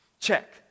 check